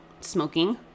smoking